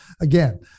Again